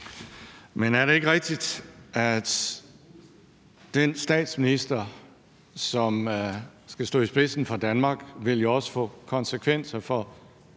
Men er det ikke rigtigt, at den statsminister, som skal stå i spidsen for Danmark, jo også vil have konsekvenser for